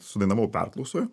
sudainavau perklausoj